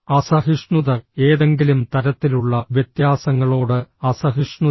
അസഹിഷ്ണുത ഏതെങ്കിലും തരത്തിലുള്ള വ്യത്യാസങ്ങളോട് അസഹിഷ്ണുത